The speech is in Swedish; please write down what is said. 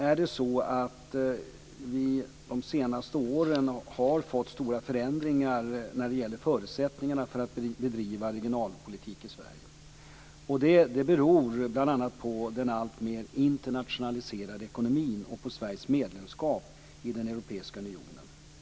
Vi har de senaste åren fått stora förändringar när det gäller förutsättningarna för att bedriva regionalpolitik i Sverige. Det beror bl.a. på den alltmer internationaliserade ekonomin och på Sveriges medlemskap i den europeiska unionen.